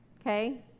Okay